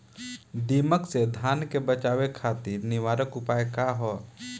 दिमक से धान के बचावे खातिर निवारक उपाय का ह?